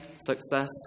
success